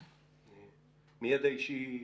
גיל דייגי איתנו,